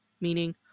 Meaning